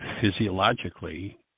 physiologically